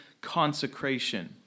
consecration